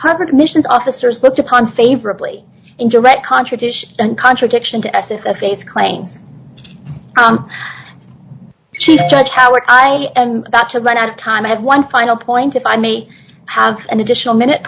harvard missions officers looked upon favorably in direct contradiction and contradiction to us in the face claims chief judge howard i am about to run out of time i have one final point if i may have an additional minute